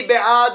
מי בעד?